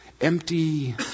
empty